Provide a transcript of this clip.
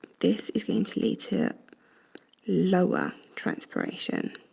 this is going to lead to lower transpiration.